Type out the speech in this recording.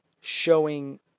showing